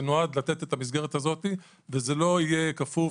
זה נועד את המסגרת הזו וזה לא יהיה כפוף